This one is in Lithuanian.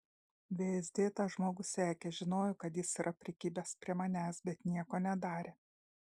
vsd tą žmogų sekė žinojo kad jis yra prikibęs prie manęs bet nieko nedarė